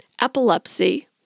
epilepsy